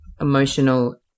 emotional